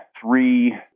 three